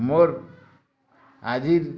ମୋର୍ ଆଜି